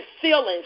feelings